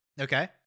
Okay